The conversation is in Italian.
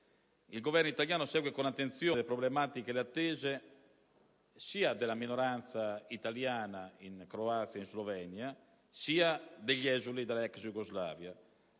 Il Governo italiano segue con attenzione le problematiche e le attese sia della minoranza italiana in Croazia e Slovenia, sia degli esuli della ex Jugoslavia.